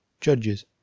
judges